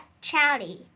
Charlie